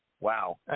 Wow